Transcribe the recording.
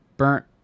burnt